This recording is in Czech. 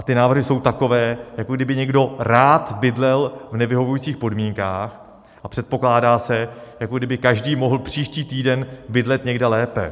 Ty návrhy jsou takové, jako kdyby někdo rád bydlel v nevyhovujících podmínkách, a předpokládá se, jako by každý mohl příští týden bydlet někde lépe.